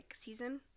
season